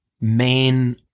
main